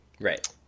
Right